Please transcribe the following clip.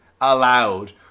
allowed